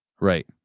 Right